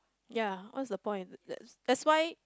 ya what's the point that that's why